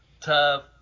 tough